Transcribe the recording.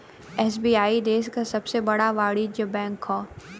SBI देश क सबसे बड़ा वाणिज्यिक बैंक हौ